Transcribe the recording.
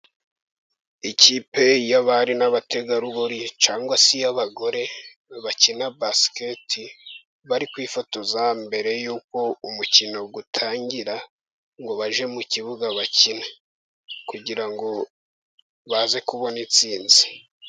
Ikipe y'abari n'abategarugori cyangwa se iy'abagore bakina basiketiboro, bari kwifotoza mbere yuko umukino utangira ngo bajye mu kibuga bakine. Kugira ngo baze kubona intsinzi.